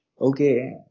okay